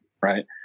right